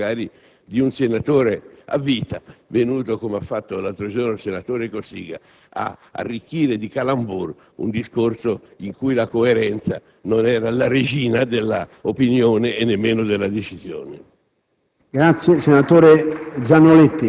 si cattura così un voto di fiducia magari di un senatore a vita venuto, come ha fatto l'altro giorno il senatore Cossiga, ad arricchire di *calembours* un discorso in cui la coerenza non era la regina dell'opinione e nemmeno della decisione.